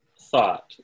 thought